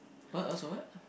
what what's a what